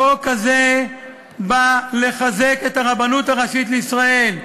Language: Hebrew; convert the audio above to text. החוק הזה בא לחזק את הרבנות הראשית לישראל.